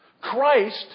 Christ